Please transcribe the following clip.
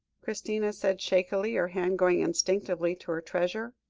christina said shakily, her hand going instinctively to her treasure.